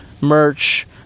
merch